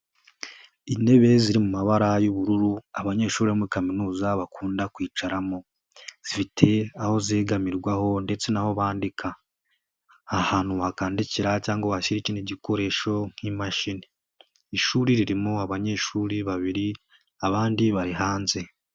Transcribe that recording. Intebe ziri mu mabara y'ubururu, abanyeshuri muri kaminuza bakunda kwicaramo. Zifite aho zegamirwaho ndetse n'aho bandika. Ahantu hakandikira cyangwa hasi ikindi gikoresho nk'imashini. Ishuri ririmo abanyeshuri babiri, abandi bari hanze.